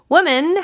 Woman